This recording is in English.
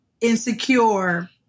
insecure